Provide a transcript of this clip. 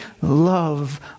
love